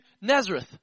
Nazareth